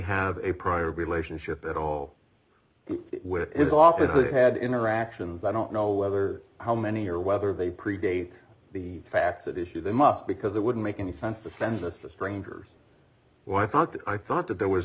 have a prior relationship at all which is the office that had interactions i don't know whether how many or whether they predate the fact that issue they must because it wouldn't make any sense to send this to strangers when i thought that i thought that there was